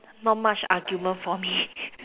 not much argument for me